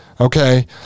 Okay